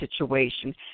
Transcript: situation